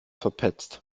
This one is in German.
verpetzt